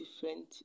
different